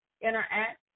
interact